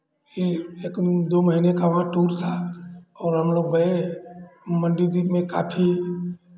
ये एक दू महीने का वर्क टूर था और हम लोग गए मंडी द्वीप में काफी